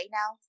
now